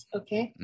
okay